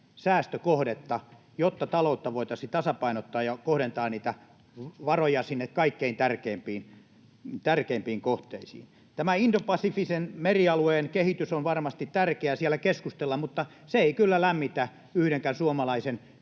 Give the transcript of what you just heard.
säästökohdetta, jotta taloutta voitaisiin tasapainottaa ja varoja kohdentaa sinne kaikkein tärkeimpiin kohteisiin. Tämä indopasifisen merialueen kehitys on varmasti tärkeä siellä keskustella, mutta se ei kyllä lämmitä yhdenkään suomalaisen